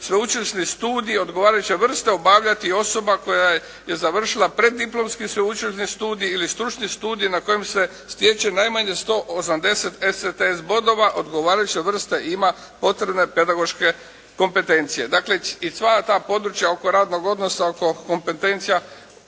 sveučilišni studij odgovarajuće vrste obavljati osoba koja je završila preddiplomski sveučilišni studij ili stručni studij na kojem se stječe najmanje 180 ECTS bodova, odgovarajuće vrste ima potrebne pedagoške kompetencije. Dakle i sva ta područja oko radnog odnosa, oko kompetencija